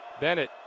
Bennett